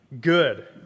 good